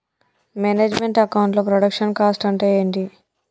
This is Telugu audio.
మేనేజ్ మెంట్ అకౌంట్ లో ప్రొడక్షన్ కాస్ట్ అంటే ఏమిటి?